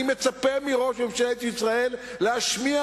אני מצפה מראש ממשלת ישראל להשמיע.